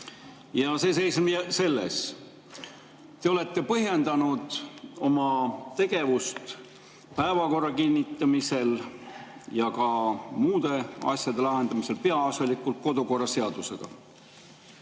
Ja see seisneb selles. Te olete põhjendanud oma tegevust päevakorra kinnitamisel ja ka muude asjade lahendamisel peaasjalikult kodukorraseadusega.